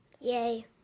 Yay